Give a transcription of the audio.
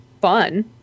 fun